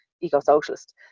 eco-socialist